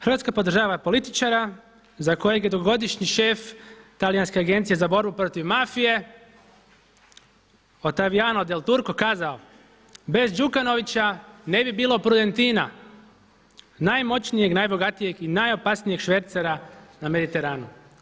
Hrvatska podržava političara za kojeg je dugogodišnji šef Talijanske agencije za borbu protiv mafije Ottaviano Del Turco kazao bez Đukanovića ne bi bilo Prudentina, najmoćnijeg, najbogatijeg i najopasnijeg švercera na Mediteranu.